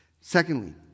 Secondly